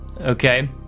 Okay